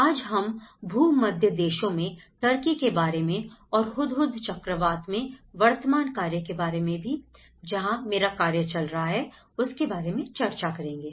आज हम भूमध्य देशों में टर्की के बारे में और हुदहुद चक्रवात में वर्तमान कार्य के बारे में भी जहां मेरा कार्य चल रहा है उसके बारे में चर्चा करेंगे